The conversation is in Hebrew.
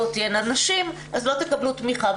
אז לא תקבלו תמיכה,